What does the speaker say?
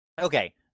Okay